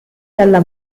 dalla